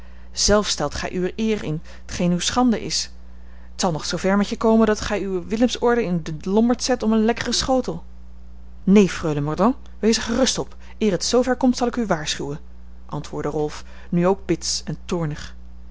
zelf stelt gij uwe eer in t geen uwe schande is het zal nog zoo ver met je komen dat gij uwe willemsorde in den lommerd zet om een lekkeren schotel neen freule mordaunt wees er gerust op eer het zoo ver komt zal ik u waarschuwen antwoordde rolf nu ook bits en toornig